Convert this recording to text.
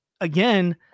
again